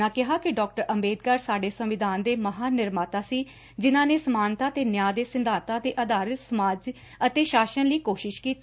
ਉਨ੍ਹਾਂ ਕਿਹਾ ਕਿ ਡਾ ਅੰਬੇਦਕਰ ਸਾਡੇ ਸੰਵਿਧਾਨ ਦੇ ਮਹਾਨ ਨਿਰਮਾਤਾ ਸੀ ਜਿਨ੍ਹਾਂ ਨੇ ਸਮਾਨਤਾ ਤੇ ਨਿਆ ਦੇ ਸਿਧਾਂਤਾਂ ਤੇ ਅਧਾਰਤ ਸਮਾਜ ਅਤੇ ਸ਼ਾਸ ਲਈ ਕੋਸ਼ਿਸ਼ ਕੀਤੀ